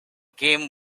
game